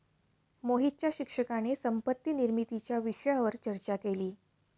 मोहितच्या शिक्षकाने संपत्ती निर्मितीच्या विषयावर चर्चा केली